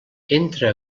entra